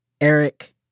Eric